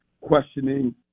questioning